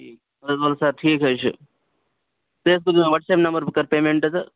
ٹھیٖک وۅلہٕ وۅلہٕ سَر ٹھیٖک حظ چھُ تُہۍ حظ سوٗزِو مےٚ وٹس ایٚپ نمبر بہٕ کرٕ تۅہہِ پیٚمینٛٹ تہٕ